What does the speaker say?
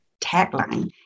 tagline